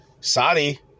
Saudi